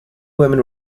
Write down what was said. women